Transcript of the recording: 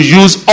use